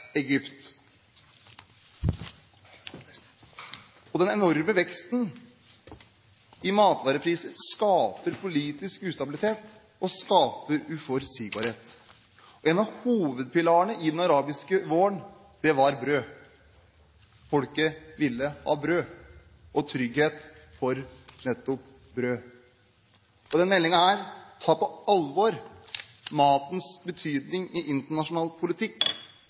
Egypt. Den enorme veksten i matvareprisene skaper politisk ustabilitet og uforutsigbarhet. En av hovedpilarene i den arabiske våren var brød. Folket ville ha brød og trygghet for nettopp brød. Denne meldingen tar på alvor matens betydning i internasjonal politikk.